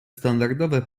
standardowe